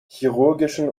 chirurgischen